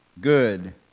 good